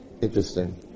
Interesting